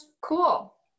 cool